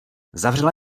zavřela